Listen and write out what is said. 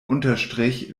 unterstrich